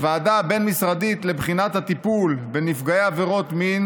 הוועדה הבין-משרדית לבחינת הטיפול בנפגעי עבירות מין